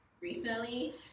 recently